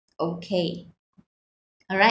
okay alright